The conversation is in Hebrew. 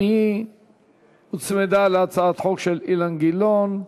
גם היא הוצמדה להצעת חוק של אילן גילאון.